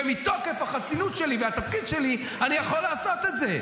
ומתוקף החסינות שלי והתפקיד שלי אני יכול לעשות את זה.